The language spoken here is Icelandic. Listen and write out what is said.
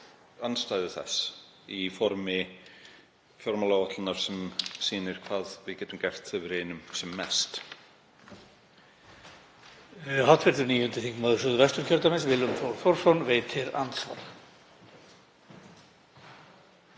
andstæðu þess í formi fjármálaáætlunar sem sýnir hvað við getum gert þegar við reynum sem mest.